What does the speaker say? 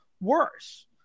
worse